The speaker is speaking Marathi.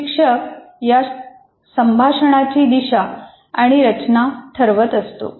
शिक्षक या संभाषणाची दिशा आणि रचना ठरवत असतो